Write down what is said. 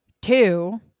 Two